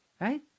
right